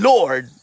Lord